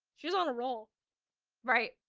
she was on a roll right,